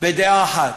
בדעה אחת,